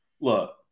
look